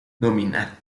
nominal